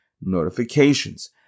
notifications